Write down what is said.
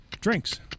Drinks